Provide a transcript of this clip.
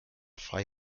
frei